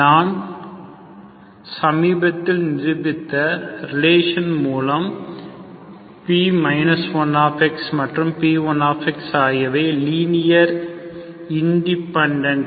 நான் சமீபத்தில் நிரூபித்த ரிலேஷன் மூலம் P 1 மற்றும் P1 ஆகியவை லீனியர் இன் டிபெண்டன்ட்